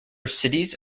cities